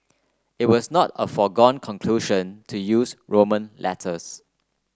it was not a foregone conclusion to use Roman letters